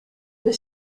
the